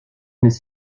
mes